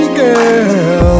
girl